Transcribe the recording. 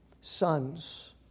sons